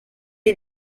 est